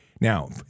Now